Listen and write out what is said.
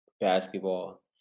basketball